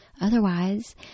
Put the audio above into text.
Otherwise